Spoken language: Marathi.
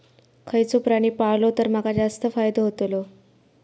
खयचो प्राणी पाळलो तर माका जास्त फायदो होतोलो?